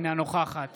אינה נוכחת